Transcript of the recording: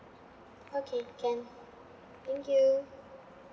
okay can thank you